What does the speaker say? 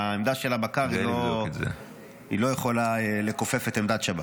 העמדה של הבקר לא יכולה לכופף את עמדת שב"כ.